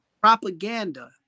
Propaganda